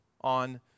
on